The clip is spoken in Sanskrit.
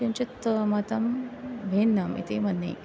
किञ्चित् मतं भिन्नम् इति मन्ये